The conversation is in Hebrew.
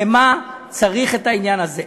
לְמה צריך את העניין הזה?